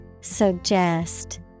Suggest